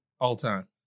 all-time